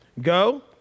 Go